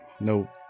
no